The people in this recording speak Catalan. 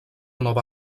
nova